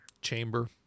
chamber